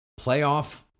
Playoff